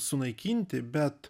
sunaikinti bet